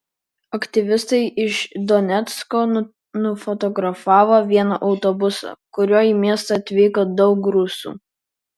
aktyvistai iš donecko nufotografavo vieną autobusą kuriuo į miestą atvyko daug rusų